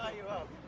ah you up.